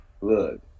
look